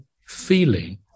feeling